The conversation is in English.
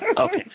Okay